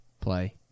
play